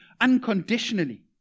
unconditionally